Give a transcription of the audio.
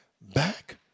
back